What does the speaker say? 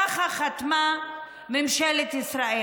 ככה חתמה ממשלת ישראל.